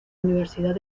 universidad